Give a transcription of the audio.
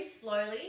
slowly